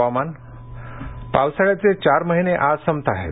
हवामान् पावसाळ्याचे चार महिने आज संपताहेत